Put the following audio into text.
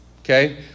Okay